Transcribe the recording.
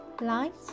light